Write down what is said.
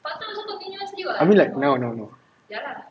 I mean like now now now